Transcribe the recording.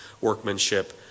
workmanship